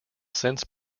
since